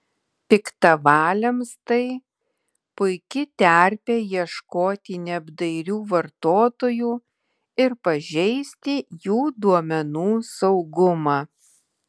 piktavaliams tai puiki terpė ieškoti neapdairių vartotojų ir pažeisti jų duomenų saugumą